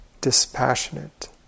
dispassionate